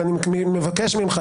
אני מבקש ממך,